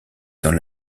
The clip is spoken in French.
dans